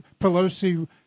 Pelosi